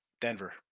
Denver